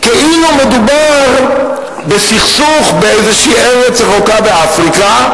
כאילו מדובר בסכסוך באיזו ארץ רחוקה באפריקה,